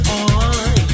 on